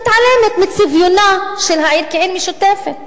מתעלמת מצביונה של העיר כעיר משותפת,